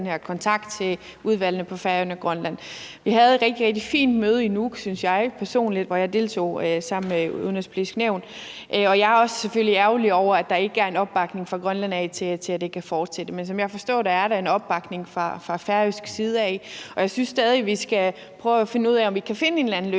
kontakt til udvalgene på Færøerne og i Grønland. Vi havde et rigtig, rigtig fint møde i Nuuk, synes jeg personligt, hvor jeg deltog sammen med Det Udenrigspolitiske Nævn, og jeg er selvfølgelig også ærgerlig over, at der ikke er en opbakning fra Grønland til, at det kan fortsætte. Men som jeg forstår det, er der en opbakning fra færøsk side, og jeg synes stadig, vi skal prøve at finde ud af, om vi kan finde en eller anden